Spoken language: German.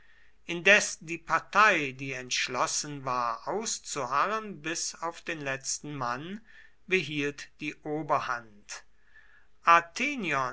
indes die partei die entschlossen war auszuharren bis auf den letzten mann behielt die oberhand